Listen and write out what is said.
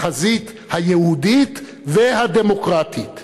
בחזית היהודית והדמוקרטית.